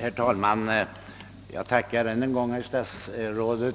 Herr talman! Jag tackar än en gång herr statsrådet,